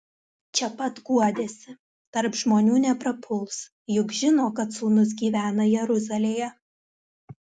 čia pat guodėsi tarp žmonių neprapuls juk žino kad sūnus gyvena jeruzalėje